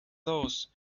those